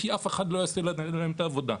כי אף אחד לא יעשה בשבילם את העבודה,